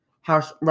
House